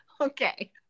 Okay